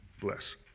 Bless